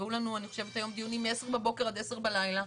נקבעו לנו אני חושבת היום דיונים מ-10:00 בבוקר עד 22:00 בלילה.